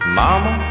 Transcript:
mama